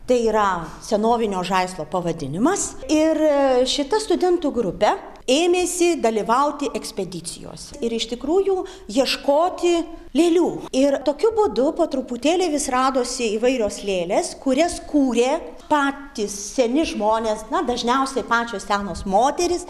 tai yra senovinio žaislo pavadinimas ir šita studentų grupe ėmėsi dalyvauti ekspedicijose ir iš tikrųjų ieškoti lėlių ir tokiu būdu po truputėlį vis radosi įvairios lėlės kurias kūrė patys seni žmonės na dažniausiai pačios senos moterys